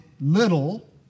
little